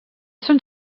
són